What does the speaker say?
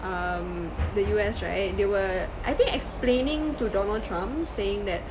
um the U_S right they were I think explaining to donald trump saying that